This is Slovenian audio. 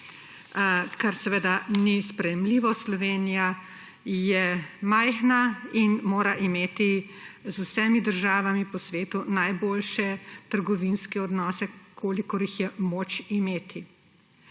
kar seveda ni sprejemljivo. Slovenija je majhna in mora imeti z vsemi državami po svetu najboljše trgovinske odnose, kolikor jih je moč imeti.